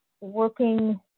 working